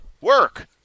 work